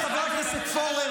חבר הכנסת פורר,